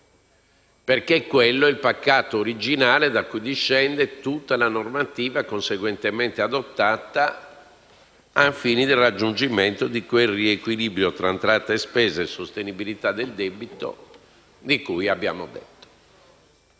perché quello è il peccato originario da cui discende tutta la normativa conseguentemente adottata ai fini del raggiungimento di quel riequilibrio tra entrate e spese e sostenibilità del debito, di cui abbiamo detto.